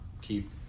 keep